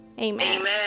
Amen